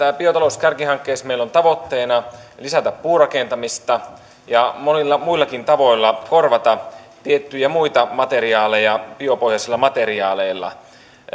biotalouskärkihankkeessa meillä on tavoitteena lisätä puurakentamista ja monilla muillakin tavoilla korvata tiettyjä muita materiaaleja biopohjaisilla materiaaleilla